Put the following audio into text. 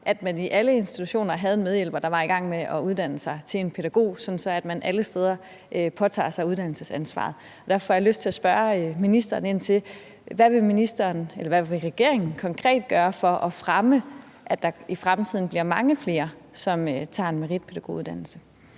at man i alle daginstitutioner havde en medhjælper, der var i gang med at uddanne sig til pædagog, sådan at man alle steder påtager sig uddannelsesansvaret. Derfor har jeg lyst til at spørge ministeren: Hvad vil ministeren eller hvad vil regeringen konkret gøre for at fremme, at der i fremtiden bliver mange flere, som tager en meritpædagoguddannelse?